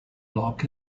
block